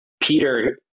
Peter